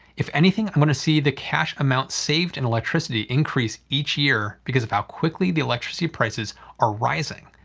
if anything, i'm going to see the cash amount saved in electricity increase each year because of how quickly the electricity prices are rising,